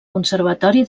conservatori